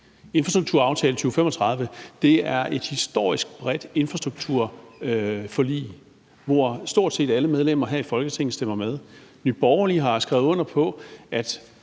Infrastrukturplan 2035« er et historisk bredt infrastrukturforlig, hvor stort set alle medlemmer her i Folketinget stemmer for. Nye Borgerlige har skrevet under på, at